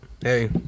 hey